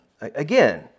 Again